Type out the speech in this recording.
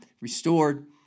restored